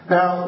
Now